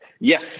Yes